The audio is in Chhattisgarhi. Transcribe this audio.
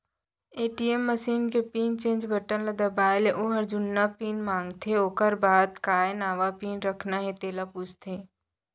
ए.टी.एम मसीन के पिन चेंज बटन ल दबाए ले ओहर जुन्ना पिन मांगथे ओकर बाद काय नवा पिन रखना हे तेला पूछथे